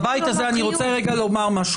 אני רוצה רגע לומר משהו.